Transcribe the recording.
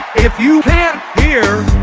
if you can't hear,